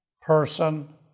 person